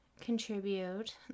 contribute